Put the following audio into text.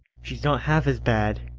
she's not half as bad,